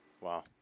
Wow